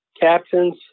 captains